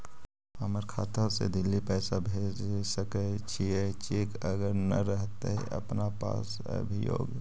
हमर खाता से दिल्ली पैसा भेज सकै छियै चेक अगर नय रहतै अपना पास अभियोग?